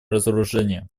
разоружение